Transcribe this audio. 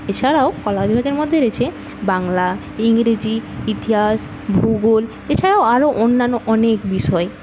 এছাড়াও কলা বিভাগের মধ্যে রয়েছে বাংলা ইংরিজি ইতিহাস ভূগোল এছাড়াও আরও অন্যান্য অনেক বিষয়